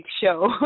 show